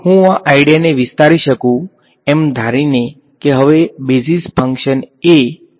હું આ આઈડીયાને વિસ્તારી શકું એમ ધારીને કે હવે બેઝિસ ફંક્શન a એ y ના ફંક્શન તરીકે છે